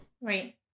Right